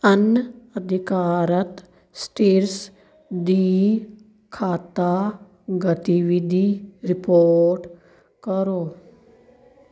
ਅਣਅਧਿਕਾਰਤ ਸੀਟਰਸ ਦੀ ਖਾਤਾ ਗਤੀਵਿਧੀ ਰਿਪੋਰਟ ਕਰੋ